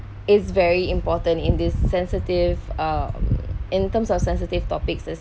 is very important in this sensitive um in terms of sensitive topics